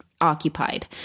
occupied